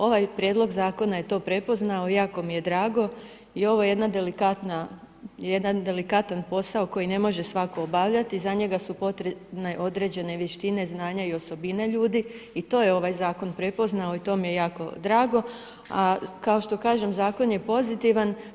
Ovaj Prijedlog Zakona je to prepoznao i jako mi je drago i ovo je jedna delikatna, jedan delikatan posao koji ne može svatko obavljati, za njega su potrebne određene vještine, znanja i osobine ljudi i to je ovaj Zakon prepoznao i to mi je jako drago, a kao što kažem, Zakon je pozitivan.